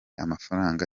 amafaranga